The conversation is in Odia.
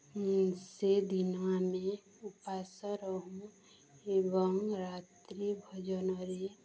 ସେଦିନ ଆମେ ଉପାସ ରହୁ ଏବଂ ରାତ୍ରି ଭୋଜନରେ